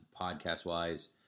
podcast-wise